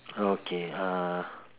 okay uh